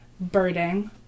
birding